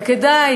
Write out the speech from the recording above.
וכדאי,